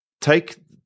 Take